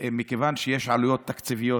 מכיוון שיש עלויות תקציביות